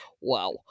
wow